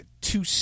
two